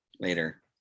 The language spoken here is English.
later